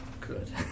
Good